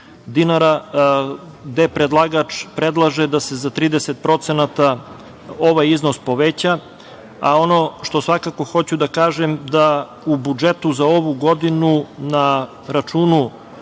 dinara, gde predlagač predlaže da se za 30% ovaj iznos poveća. Ono što svakako hoću da kažem jeste da u budžetu za ovu godinu na računu